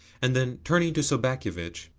and then, turning to sobakevitch,